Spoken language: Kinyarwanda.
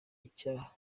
icyaha